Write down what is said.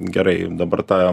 gerai dabar ta